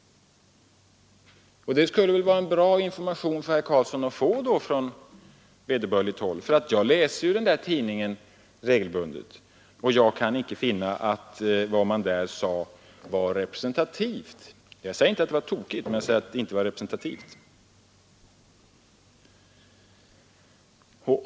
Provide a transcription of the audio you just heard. Det skulle väl i så fall vara en bra information för herr Carlsson att få från vederbörligt håll. Jag läser denna tidskrift regelbundet och kan icke finna att vad man i den ledaren sade var representativt. Jag har därmed dock icke sagt att det skulle vara felaktigt, bara att det inte var representativt.